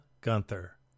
Gunther